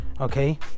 Okay